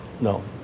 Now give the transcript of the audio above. No